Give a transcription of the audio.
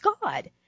God